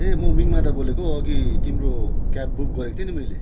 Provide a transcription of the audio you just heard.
ए म मिङमा दा बोलेको अघि तिम्रो क्याब बुक गरेको थिएँ नि मैले